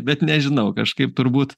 bet nežinau kažkaip turbūt